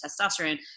testosterone